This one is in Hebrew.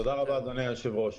תודה רבה, אדוני היושב-ראש.